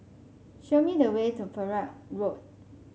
show me the way to Perak Road